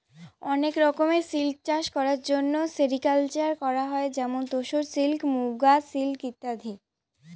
অনেক রকমের সিল্ক চাষ করার জন্য সেরিকালকালচার করা হয় যেমন তোসর সিল্ক, মুগা সিল্ক ইত্যাদি